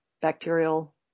bacterial